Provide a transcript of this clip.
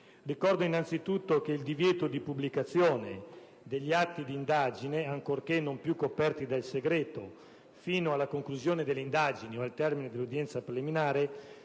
Ricordo innanzitutto che il divieto di pubblicazione degli atti di indagine, ancorché non più coperti dal segreto, fino alla conclusione dell'indagine o al termine dell'udienza preliminare